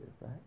right